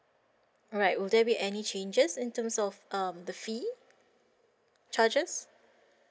alright will there be any changes in terms of um the fee charges